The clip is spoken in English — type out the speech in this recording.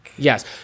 Yes